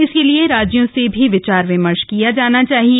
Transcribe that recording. इसके लिए राज्यों से भी विचार विमर्श किया जाना चाहिए